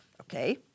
Okay